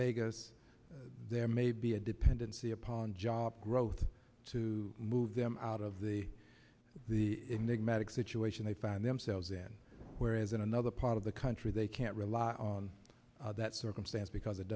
vegas there may be a dependency upon job growth to move them out of the enigma attic situation they found themselves in whereas in another part of the country they can't rely on that circumstance because it